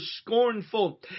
scornful